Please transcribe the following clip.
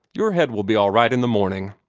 your head will be all right in the morning.